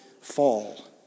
fall